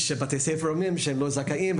בתי הספר אומרים שהם לא זכאים.